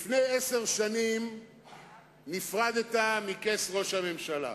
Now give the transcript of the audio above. לפני עשר שנים נפרדת מכס ראש הממשלה,